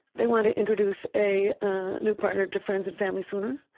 they want to introduce a new partner to friends and family sooner.